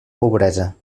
pobresa